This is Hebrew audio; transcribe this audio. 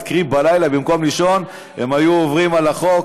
קרי, בלילה, במקום לישון הם היו עוברים על החוק.